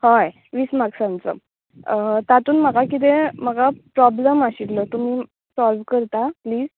हय वीस मार्कसांचो तातून म्हाका किदें म्हाका प्रोब्लम आशिल्लो तुमी सॉल करता प्लीज